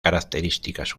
características